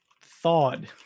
thawed